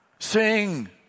Sing